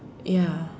ya